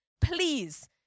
please